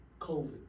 COVID